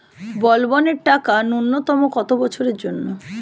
বলবনের টাকা ন্যূনতম কত বছরের জন্য?